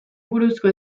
buruzko